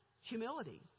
humility